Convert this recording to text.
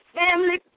family